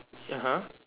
(uh huh)